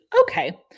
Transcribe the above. Okay